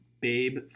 Babe